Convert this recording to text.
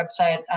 website